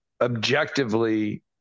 objectively